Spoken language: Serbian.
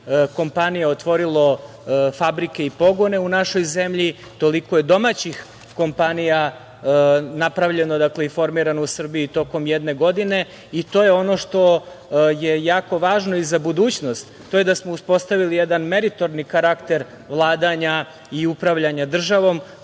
kompanija otvorilo fabrike i pogone u našoj zemlji, toliko je domaćih kompanija napravljeno i formirano u Srbiji tokom jedne godine. To je ono što je jako važno i za budućnost, a to je da smo uspostavili jedan meritorni karakter vladanja i upravljanja državom,